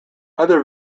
other